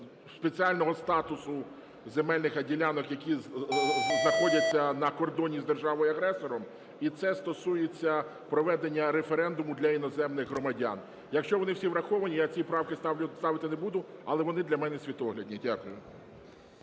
спеціального статусу земельних ділянок, які знаходяться на кордоні з державою-агресором. І це стосується проведення референдуму для іноземних громадян. Якщо вони всі враховані, я ці правки ставити не буду, але вони для мене світоглядні. Дякую.